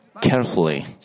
carefully